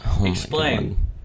Explain